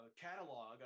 catalog